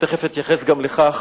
ותיכף אתייחס גם לכך,